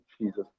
Jesus